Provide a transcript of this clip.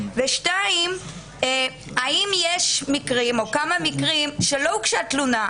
ושתיים האם יש מקרים או כמה מקרים שלא הוגשה תלונה,